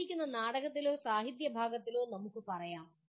തന്നിരിക്കുന്ന നാടകത്തിലോ സാഹിത്യ ഭാഗത്തിലോ നമുക്ക് പറയാം